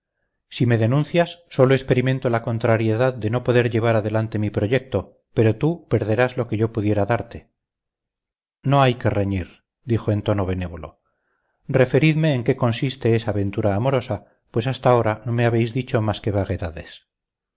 si me denuncias sólo experimento la contrariedad de no poder llevar adelante mi proyecto pero tú perderás lo que yo pudiera darte no hay que reñir dijo en tono benévolo referidme en qué consiste esa aventura amorosa pues hasta ahora no me habéis dicho más que vaguedades